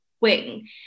wing